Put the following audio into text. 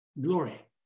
glory